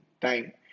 time